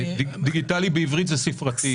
"דיגיטלי" בעברית זה "ספרתי",